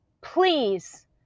please